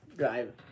drive